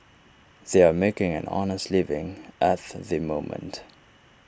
they are making an honest living at the moment